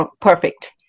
perfect